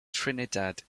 trinidad